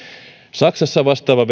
saksassa vastaava